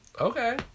Okay